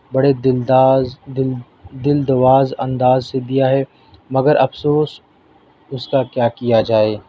بڑے دلدار دل دلدواز انداز سے دیا ہے مگر افسوس اس کا کیا کیا جائے